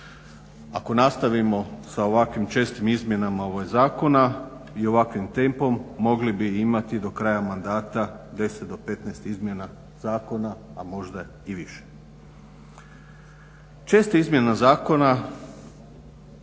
Ako nastavimo sa ovakvim čestim izmjenama ovog zakona i ovakvim tempom mogli bi imati do kraja mandata 10 do 15 izmjena zakona, a možda i više. Česte izmjene zakona